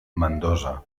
mendoza